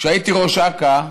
כשהייתי ראש אכ"א,